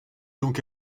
donc